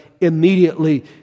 immediately